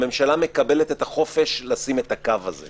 הממשלה מקבלת את החופש לשים את הקו הזה.